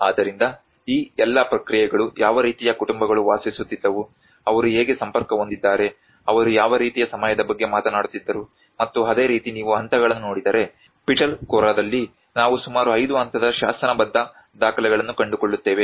ಆದ್ದರಿಂದ ಈ ಎಲ್ಲಾ ಪ್ರಕ್ರಿಯೆಗಳು ಯಾವ ರೀತಿಯ ಕುಟುಂಬಗಳು ವಾಸಿಸುತ್ತಿದ್ದವು ಅವರು ಹೇಗೆ ಸಂಪರ್ಕ ಹೊಂದಿದ್ದಾರೆ ಅವರು ಯಾವ ರೀತಿಯ ಸಮಯದ ಬಗ್ಗೆ ಮಾತನಾಡುತ್ತಿದ್ದರು ಮತ್ತು ಅದೇ ರೀತಿ ನೀವು ಹಂತಗಳನ್ನು ನೋಡಿದರೆ ಪಿಟಲ್ಖೋರಾದಲ್ಲಿ ನಾವು ಸುಮಾರು 5 ಹಂತದ ಶಾಸನಬದ್ಧ ದಾಖಲೆಗಳನ್ನು ಕಂಡುಕೊಳ್ಳುತ್ತೇವೆ